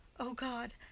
o god,